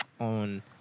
On